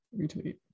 Retweet